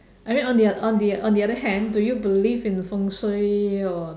I mean on the on the on the other hand do you believe in 风水 or